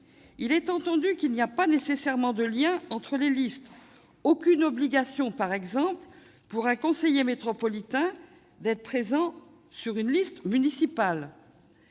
Il est entendu qu'il n'y a pas nécessairement de lien entre les listes : aucune obligation, par exemple, pour un conseiller métropolitain d'être présent sur une liste municipale.